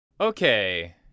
Okay